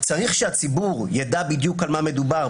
"צריך שהציבור יידע בדיוק על מה מדובר,